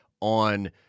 on